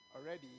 Already